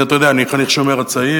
אני, אתה יודע, חניך "השומר הצעיר",